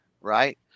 right